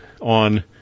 on